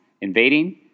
invading